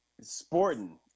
sporting